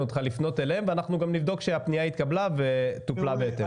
אותך לפנות אליהם ואנחנו גם נבדוק שהפנייה התקבלה וטופלה בהתאם.